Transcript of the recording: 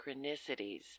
synchronicities